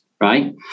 right